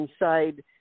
inside